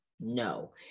no